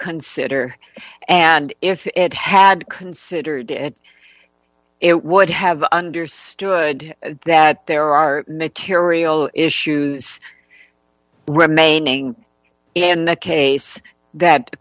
consider and if it had considered it it would have understood that there are mecurio issues remaining in the case that